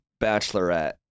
Bachelorette